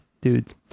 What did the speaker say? Dudes